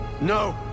No